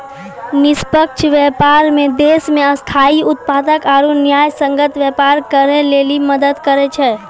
निष्पक्ष व्यापार मे देश मे स्थायी उत्पादक आरू न्यायसंगत व्यापार करै लेली मदद करै छै